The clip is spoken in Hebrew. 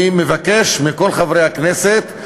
אני מבקש מכל חברי הכנסת,